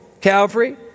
Calvary